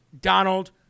Donald